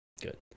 Good